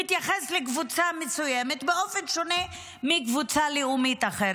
מתייחס לקבוצה מסוימת באופן שונה מקבוצה לאומית אחרת,